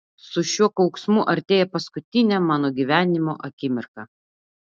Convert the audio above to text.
su šiuo kauksmu artėja paskutinė mano gyvenimo akimirka